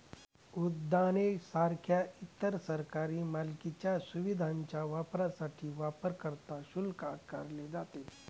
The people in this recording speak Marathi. उद्याने सारख्या इतर सरकारी मालकीच्या सुविधांच्या वापरासाठी वापरकर्ता शुल्क आकारले जाते